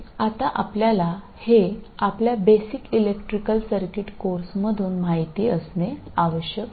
आता आपल्याला हे आपल्या बेसिक इलेक्ट्रिकल सर्किट कोर्समधून माहित असणे आवश्यक आहे